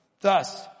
Thus